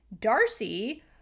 Darcy